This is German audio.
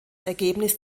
ergebnis